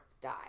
die